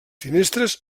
finestres